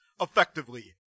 effectively